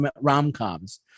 rom-coms